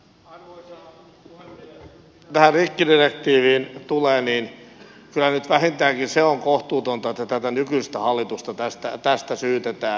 mitä tähän rikkidirektiiviin tulee niin kyllä nyt vähintäänkin se on kohtuutonta että tätä nykyistä hallitusta tästä syytetään